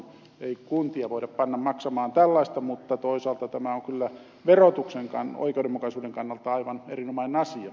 ei kuntia voida panna maksamaan tällaista mutta toisaalta tämä on kyllä verotuksen oikeudenmukaisuuden kannalta aivan erinomainen asia